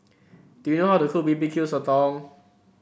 do you know how to cook B B Q Sotong